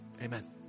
Amen